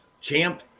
Champ